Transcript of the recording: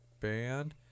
band